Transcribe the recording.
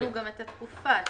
קיצרנו גם את התקופה שביקשנו.